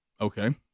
Okay